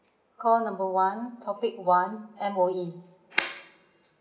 call number one topic one M_O_E